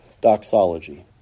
doxology